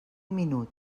minut